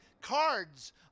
cards